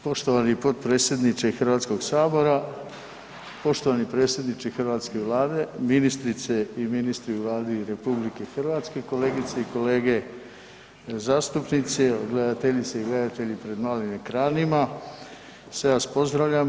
Poštovani potpredsjedniče HS-a, poštovani predsjedniče hrvatske Vlade, ministrice i ministri Vlade RH, kolegice i kolege zastupnici, gledateljice i gledatelji pred malim ekranima sve vas pozdravljam.